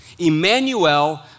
Emmanuel